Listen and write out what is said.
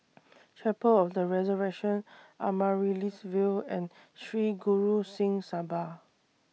Chapel of The Resurrection Amaryllis Ville and Sri Guru Singh Sabha